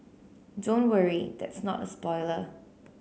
don't worry that's not a spoiler